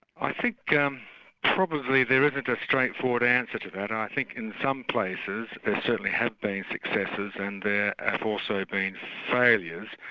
i think um probably there isn't a straightforward answer to that. i think in some places there certainly have been successes, and there have also been failures.